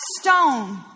stone